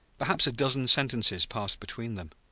perhaps a dozen sentences passed between them.